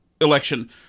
election